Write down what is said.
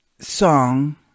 song